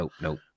nope